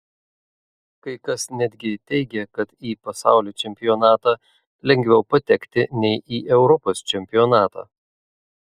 kai kas netgi teigė kad į pasaulio čempionatą lengviau patekti nei į europos čempionatą